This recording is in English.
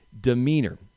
demeanor